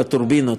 על הטורבינות,